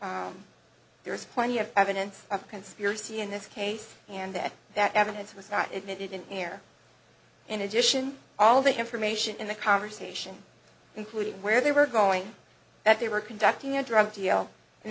backpack there is plenty of evidence of conspiracy in this case and that that evidence was not admitted in error in addition all the information in the conversation including where they were going that they were conducting a drug deal and